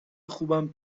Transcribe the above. خوبم